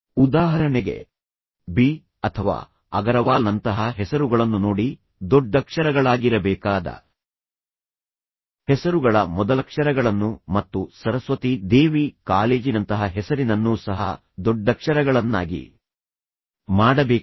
ಉದಾಹರಣೆಗೆ ಬಿ ಅಥವಾ ಅಗರವಾಲ್ ನಂತಹ ಹೆಸರುಗಳನ್ನು ನೋಡಿ ದೊಡ್ಡಕ್ಷರಗಳಾಗಿರಬೇಕಾದ ಹೆಸರುಗಳ ಮೊದಲಕ್ಷರಗಳನ್ನು ಮತ್ತು ಸರಸ್ವತಿ ದೇವಿ ಕಾಲೇಜಿನಂತಹ ಹೆಸರಿನನ್ನೂ ಸಹ ದೊಡ್ಡಕ್ಷರಗಳನ್ನಾಗಿ ಮಾಡಬೇಕು